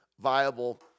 viable